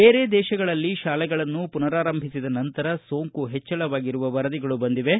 ಬೇರೆ ದೇಶಗಳಲ್ಲಿ ಶಾಲೆಗಳನ್ನು ಪುನರಾರಂಭಿಸಿದ ನಂತರ ಸೋಂಕು ಹೆಚ್ಚಳವಾಗಿರುವ ವರದಿಗಳು ಬಂದಿವೆ